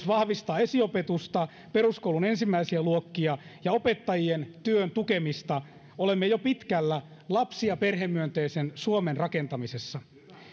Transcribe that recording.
vahvistaa esiopetusta peruskoulun ensimmäisiä luokkia ja opettajien työn tukemista olemme jo pitkällä lapsi ja perhemyönteisen suomen rakentamisessa